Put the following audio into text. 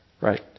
Right